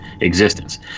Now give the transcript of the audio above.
existence